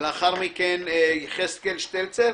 לאחר מכן יחזקאל שטלצר.